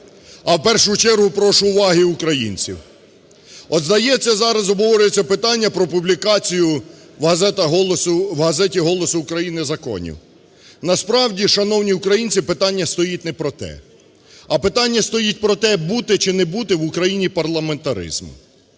А в першу чергу прошу уваги українців. От, здається, зараз обговорюється питання про публікацію в газеті "Голос України" законів. Насправді, шановні українці, питання стоїть не про те, а питання стоїть про те, бути чи не бути в Україні парламентаризму?